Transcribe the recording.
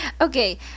okay